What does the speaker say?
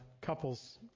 couples